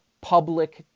public